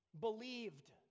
believed